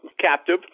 captive